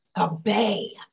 Obey